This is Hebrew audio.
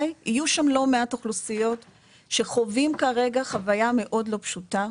יהיו שם לא מעט אוכלוסיות שחווים כרגע חוויה מאוד לא פשוטה.